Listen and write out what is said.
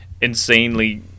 insanely